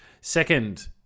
Second